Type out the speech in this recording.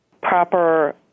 proper